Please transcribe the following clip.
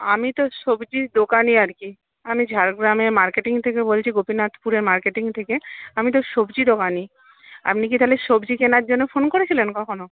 আমি তো সবজির দোকানি আর কি আমি ঝাড়গ্রামে মার্কেটিং থেকে বলছি গোপীনাথপুরে মার্কেটিং থেকে আমি তো সবজি দোকানি আপনি কী তাহলে সবজি কেনার জন্য ফোন করেছিলেন কখনও